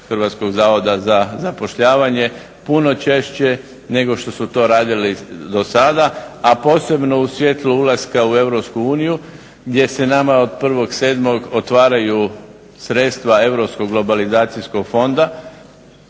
Hrvatskog zavoda za zapošljavanje puno češće nego što su to radili do sada. A posebno u svjetlu ulaska u Europsku uniju gdje se nama od 1. 7. otvaraju sredstava europskog globalizacijskog fonda.